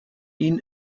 ihnen